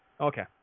Okay